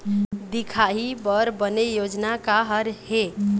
दिखाही बर बने योजना का हर हे?